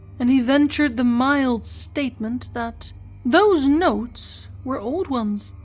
and he ventured the mild statement that those notes were old ones,